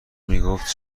میگفت